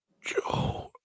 Joe